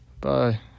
Bye